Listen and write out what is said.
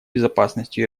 безопасностью